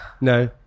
No